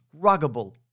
Ruggable